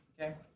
okay